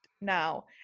now